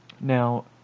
now